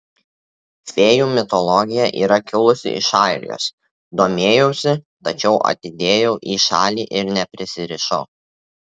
fėjų mitologija yra kilusi iš airijos domėjausi tačiau atidėjau į šalį ir neprisirišau